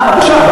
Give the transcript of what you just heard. אה, בבקשה.